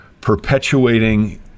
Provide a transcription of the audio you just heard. perpetuating